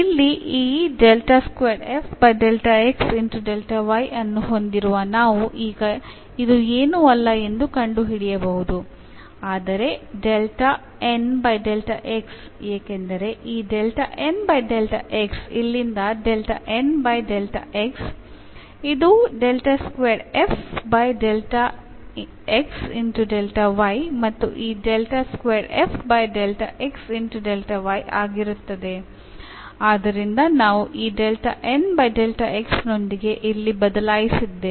ಇಲ್ಲಿ ಈ ಅನ್ನು ಹೊಂದಿರುವ ನಾವು ಈಗ ಇದು ಏನೂ ಅಲ್ಲ ಎಂದು ಕಂಡುಹಿಡಿಯಬಹುದು ಆದರೆ ಏಕೆಂದರೆ ಈ ಇಲ್ಲಿಂದ ಇದು ಮತ್ತು ಈ ಆಗಿರುತ್ತದೆ ಆದ್ದರಿಂದ ನಾವು ಈ ನೊಂದಿಗೆ ಇಲ್ಲಿ ಬದಲಾಯಿಸಿದ್ದೇವೆ